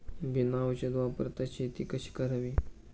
बिना औषध वापरता शेती कशी करावी?